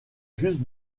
juste